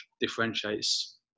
differentiates